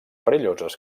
perilloses